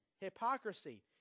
hypocrisy